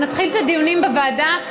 אנחנו נתחיל את הדיונים בוועדה,